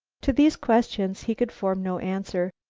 to these questions he could form no answer.